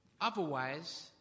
Otherwise